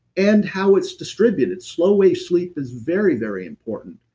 and how it's distributed. slow wave sleep is very, very important.